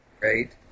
Right